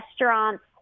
restaurants